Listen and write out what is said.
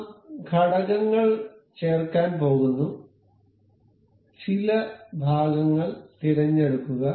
നാം ഘടകങ്ങൾ ചേർക്കാൻ പോകുന്നു ചില ഭാഗങ്ങൾ തിരഞ്ഞെടുക്കുക